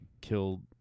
killed